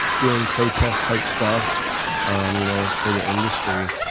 doing protest type stuff um you know for the industry,